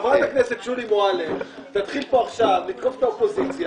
אם חברת הכנסת שולי מועלם תתחיל פה לתקוף את האופוזיציה...